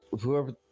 whoever